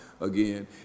again